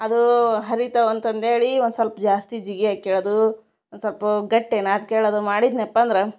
ಅದು ಹರಿತಾವ ಅಂತ ಅಂದೇಳಿ ಒಂದ್ಸೊಲ್ಪ ಜಾಸ್ತಿ ಜಿಗಿ ಹಾಕ್ಯಳ್ದೂ ಒಂದ್ಸೊಲ್ಪಾ ಗಟ್ಟಿ ನಾದ್ಕ್ಯಳದು ಮಾಡಿದ್ನಪ್ಪಂದರ